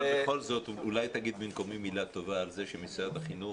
אבל בכל זאת אולי תגיד במקומי מילה טובה על זה שמשרד החינוך